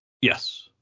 Yes